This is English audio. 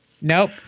Nope